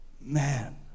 man